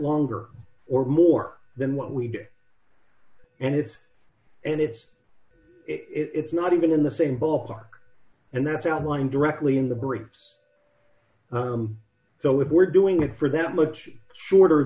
longer or more than what we get and it's and it's it's not even in the same ballpark and that's outlined directly in the breaks so if we're doing it for them much shorter